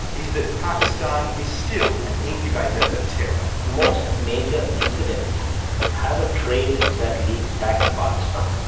is that pakistan is still an incubator of terror. most major incidents have a trail that leads back to pakistan.